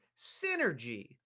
Synergy